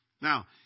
Now